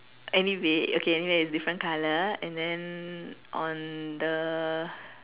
anyway okay anyway it's different colour and then on the